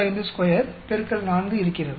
452 X 4 இருக்கிறது